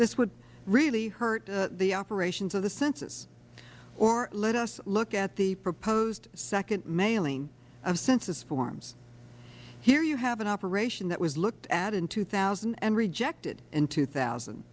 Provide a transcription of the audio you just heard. this would really hurt the operations of the census or let us look at the proposed second mailing of census forms here you have an operation that was looked at in two thousand and rejected in two thousand